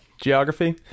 geography